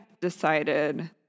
decided